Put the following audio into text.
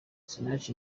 sinach